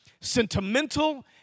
sentimental